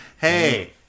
Hey